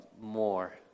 more